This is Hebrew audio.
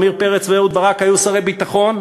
עמיר פרץ ואהוד ברק היו שרי ביטחון,